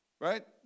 right